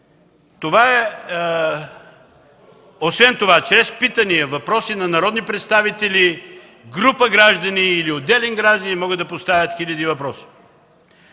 Освен това, чрез питания и въпроси на народни представители, групи граждани или отделен гражданин могат да постави хиляди въпроси.